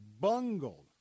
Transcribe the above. bungled